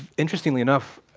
interestingly enough,